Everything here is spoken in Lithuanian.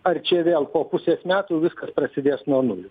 ar čia vėl po pusės metų viskas prasidės nuo nulio